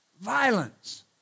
violence